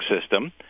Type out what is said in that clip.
system